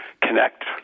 connect